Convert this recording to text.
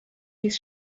his